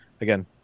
again